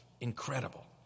Incredible